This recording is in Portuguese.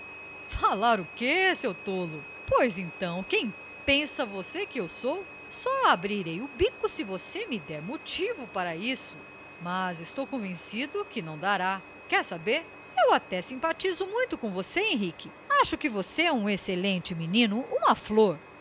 o quê seu tolo pois então quem pensa você que eu sou só abrirei o bico se você me der motivo para isso mas estou convencido que não dará quer saber eu até simpatizo muito com você henrique acho que você é um excelente menino uma flor